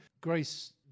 Grace